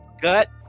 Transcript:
gut